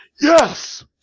yes